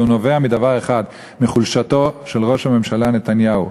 והוא נובע מדבר אחד: מחולשתו של ראש הממשלה נתניהו.